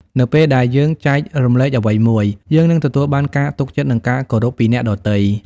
នៅពេលដែលយើងចែករំលែកអ្វីមួយ យើងនឹងទទួលបានការទុកចិត្ត និងការគោរពពីអ្នកដទៃ។